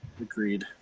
Agreed